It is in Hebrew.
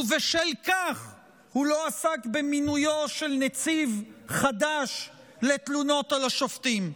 ובשל כך הוא לא עסק במינויו של נציב חדש לתלונות על השופטים.